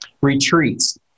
retreats